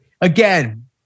again